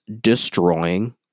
destroying